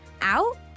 out